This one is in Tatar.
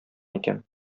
икән